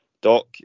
Doc